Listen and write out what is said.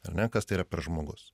ar ne kas tai yra žmogus